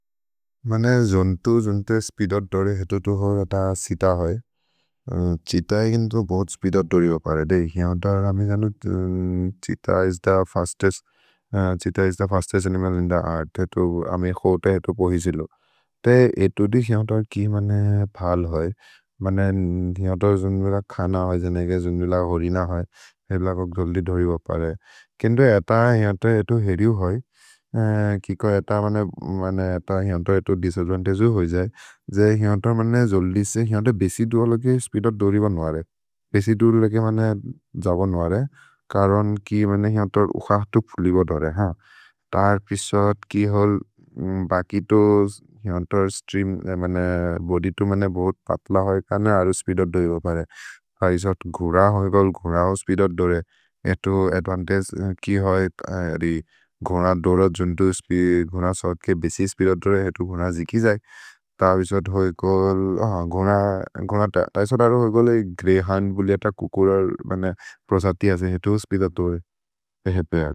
मने जोन्तु जोन्ते स्पिदोत् दोरे हेतु-हेतु होइ अत सित होइ, छितै केन्तु बहुत् स्पिदोत् दोरि होइ परे। दै हिऔ तर् अमे जनु cheetah is the fastest, cheetah is the fastest animal in the earth, एतु अमे खोते एतु पोहि सिलो। ते एतु दिक् हिऔ तर् कि मने फल् होइ, मने हिऔ तर् जोन्तुमिल ख न होइ जनु के जोन्तुमिल होरि न होइ। हेब्ल कोक् जल्दि दोरि होइ परे, केन्तु अत हिऔ तर् एतु हेरिउ होइ, किको अत मने अत हिऔ तर् एतु दिसद्वन्तगेउ होइ जै। जै हिऔ तर् मने जल्दि से, हिऔ तर् बेसि दुर् लगे स्पिदोत् दोरि ब नोअरे, बेसि दुर् लगे मने जबो नोअरे। करोन् कि मने हिऔ तर् उख तु फुलिब दोरे हान्, तर् पिशोत् कि होल् बकितो हिऔ तर् स्त्रेअम् मने बोदि तु मने बोत् पत्ल होइ क ने अरु स्पिदोत् दोरि ब परे। तर् पिशोत् गुन होइ गोल्, गुन हो स्पिदोत् दोरि, एतु अद्वन्तगेउ कि होइ गुन दोरत् जोन्तु, गुन सोत् के बेसि स्पिदोत् दोरि। एतु गुन जिखि जै, तर् पिशोत् होइ गोल्, गुन, तर् पिशोत् अरु होइ गोल्, ग्रेहन् बुलि अत कुकुरर् प्रसति असे, एतु स्पिदोत् दोरि, एतु एक्।